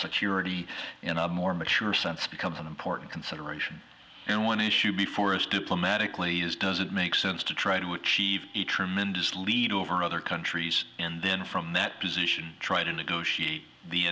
security in a more mature sense becomes an important consideration and one issue before us diplomatically is does it make sense to try to achieve a tremendous lead over other countries in the in from that position try to negotiate the